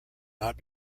not